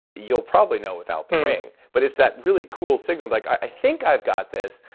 you'll probably know without the ring but it's that really cool signal like, i think i've got this,